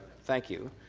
thank you.